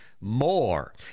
more